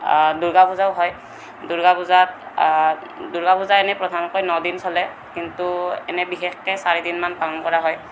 দুৰ্গা পূজাও হয় দুৰ্গা পূজাত দুৰ্গা পূজা এনেই প্ৰধানকৈ নদিন চলে কিন্তু এনেই বিশেষকৈ চাৰিদিনমান পালন কৰা হয়